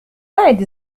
أعد